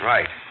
Right